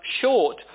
short